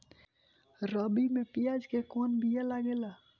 रबी में प्याज के कौन बीया लागेला?